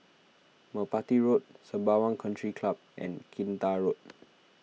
Merpati Road Sembawang Country Club and Kinta Road